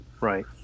Right